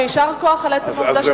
אז הנה, את